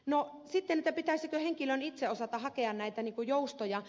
no pitäisikö sitten henkilön itse osata hakea näitä joustoja